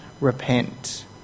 repent